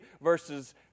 verses